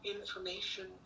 information